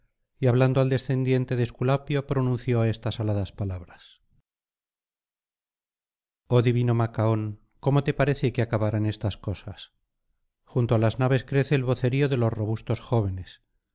y hablando al descendiente de esculapio pronunció estas aladas palabras oh divino macaón cómo te parece que acabarán estas cosas junto á las naves crece el vocerío de los robustos jóvenes